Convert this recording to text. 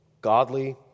godly